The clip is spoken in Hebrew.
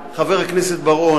חבר הכנסת בר-און,